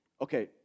Okay